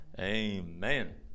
Amen